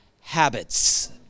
habits